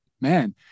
man